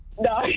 No